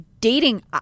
Dating